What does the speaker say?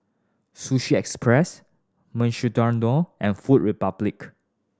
Sushi Express Mukshidonna and Food Republic